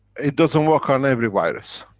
it doesn't work on every virus.